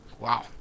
Wow